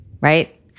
right